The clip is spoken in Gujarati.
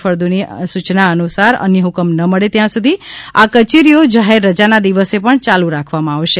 ફળદુની સૂચનાનુસાર અન્ય હકમ ન મળે ત્યાં સુધી આ કચેરીઓ જાહેર રજાના દિવસે પણ ચાલુ રાખવામાં આવશે